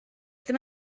ddim